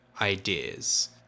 ideas